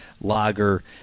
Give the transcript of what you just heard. Lager